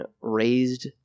raised